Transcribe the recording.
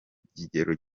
kigero